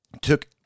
took